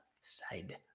side